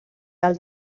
del